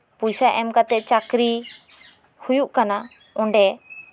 ᱯᱚᱭᱥᱟ ᱮᱢ ᱠᱟᱛᱮᱜ ᱪᱟᱠᱨᱤ ᱦᱩᱭᱩᱜ ᱠᱟᱱᱟ ᱚᱸᱰᱮ